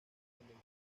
encontró